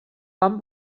van